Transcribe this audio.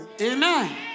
Amen